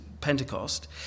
Pentecost